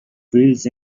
fields